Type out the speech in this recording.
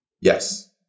Yes